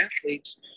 athletes